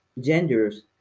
genders